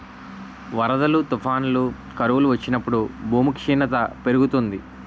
వరదలు, తుఫానులు, కరువులు వచ్చినప్పుడు భూమి క్షీణత పెరుగుతుంది